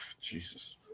Jesus